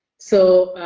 so